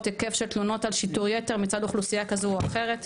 היקף של תלונות על שיטור יחד מצד אוכלוסייה כזו או אחרת.